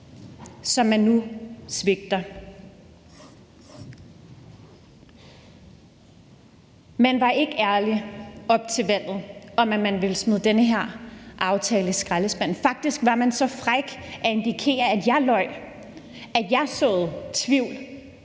som man nu svigter. Man var ikke ærlige op til valget om, at man ville smide den her aftale i skraldespanden. Faktisk var man så fræk at antyde, at jeg løj, og at jeg såede tvivl